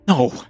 no